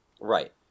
Right